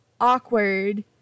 awkward